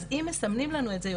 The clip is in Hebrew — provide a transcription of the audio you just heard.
אז אם מסמנים לנו את זה,